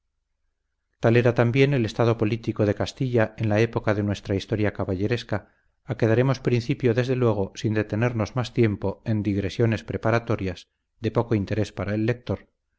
era también el estado político de castilla en la época de nuestra historia caballeresca a que daremos principio desde luego sin detenernos más tiempo en digresiones preparatorias de poco interés para el lector